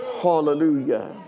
Hallelujah